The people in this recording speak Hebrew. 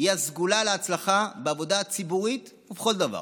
היא הסגולה להצלחה בעבודה הציבורית ובכל דבר.